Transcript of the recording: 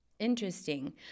Interesting